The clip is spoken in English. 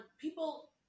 people